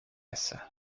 essa